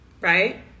right